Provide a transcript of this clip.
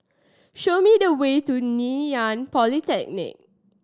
show me the way to Ngee Ann Polytechnic